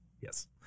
Yes